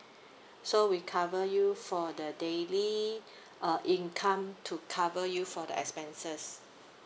so we cover you for the daily uh income to cover you for the expenses